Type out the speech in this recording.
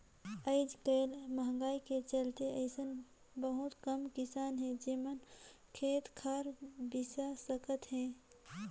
आयज कायल मंहगाई के चलते अइसन बहुत कम किसान हे जेमन खेत खार बिसा सकत हे